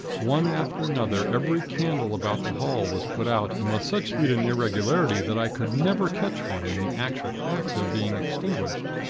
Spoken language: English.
one after another, every candle about the hall was put out, and with such speed and irregularity, that i could never catch one in the actual act of being extinguished.